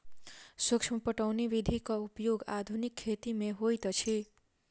सूक्ष्म पटौनी विधिक उपयोग आधुनिक खेती मे होइत अछि